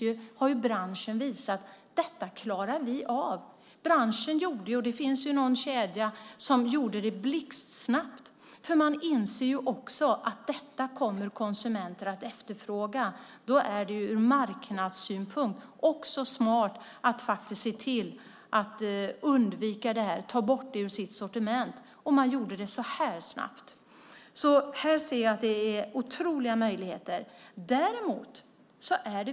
Här har dock branschen visat att de klarar av problemet. Det finns någon kedja som gjorde det blixtsnabbt för de insåg att konsumenterna skulle komma att efterfråga detta. Då är det ur marknadssynpunkt smart att se till att undvika transfetter och ta bort dem ur sortimentet. Och det gjordes blixtsnabbt. Här ser jag alltså stora möjligheter.